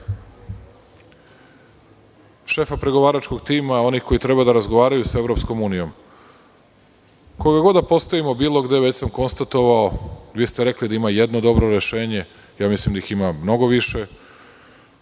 šefa pregovaračkog tima, oni koji treba da razgovaraju sa Evropskom unijom, koga god da postavimo bilo gde, već sam konstatovao da ima jedno dobro rešenje, mislim da ih ima mnogo više.